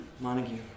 Montague